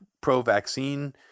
pro-vaccine